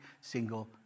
single